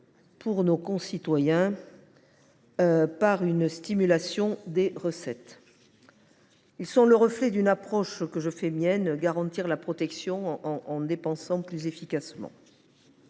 pour nos concitoyens par une stimulation des recettes. C’est le reflet d’une approche que je fais mienne : garantir la protection en dépensant plus efficacement.